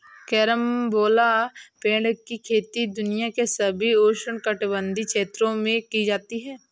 carambola पेड़ की खेती दुनिया के सभी उष्णकटिबंधीय क्षेत्रों में की जाती है